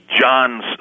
John's